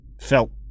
felt